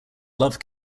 love